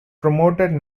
promoted